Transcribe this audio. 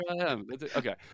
Okay